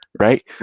Right